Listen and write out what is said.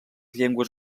llengües